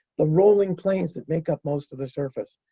the rolling plains that make up most of the surface,